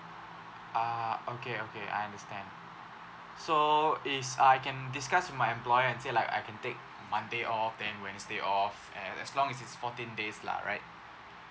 ah okay okay I understand so is I can discuss with my employer and say like I can take monday off then wednesday off a~ as long as it's fourteen days lah right